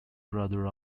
brother